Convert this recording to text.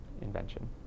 invention